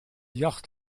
jacht